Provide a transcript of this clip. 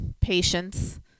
patience